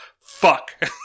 fuck